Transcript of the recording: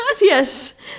Yes